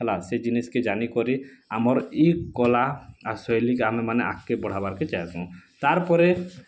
ହେଲା ସେ ଜିନିଷ କେ ଜାନି କରି ଆମର ଇ କଲା ଆ ଶୈଲୀ କେ ଆମେ ଆଗ୍କେ ବଢ଼ାଇବା କେ ଚାହୁଁଚୁ ତା'ର୍ ପରେ